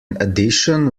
addition